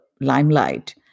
limelight